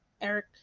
eric